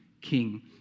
king